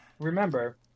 remember